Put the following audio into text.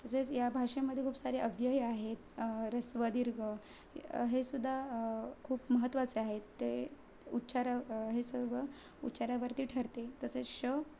तसेच या भाषेमध्ये खूप सारे अव्यय आहेत ऱ्हस्व दीर्घ हेसुद्धा खूप महत्वाचे आहेत ते उच्चारा हे सर्व उच्चारावरती ठरते तसेच श